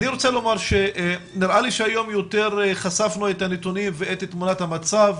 אני רוצה לומר שנראה לי שהיום יותר חשפנו את הנתונים ואת תמונת המצב,